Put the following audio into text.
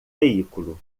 veículo